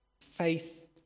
faith